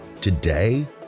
today